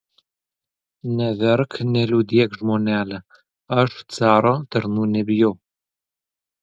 neverk neliūdėk žmonele aš caro tarnų nebijau